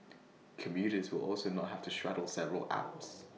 commuters will also not have to straddle several apps